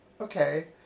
okay